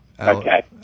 Okay